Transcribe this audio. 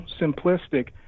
simplistic